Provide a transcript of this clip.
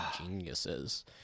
geniuses